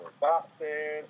boxing